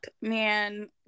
man